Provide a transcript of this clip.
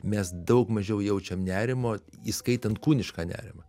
mes daug mažiau jaučiam nerimo įskaitant kūnišką nerimą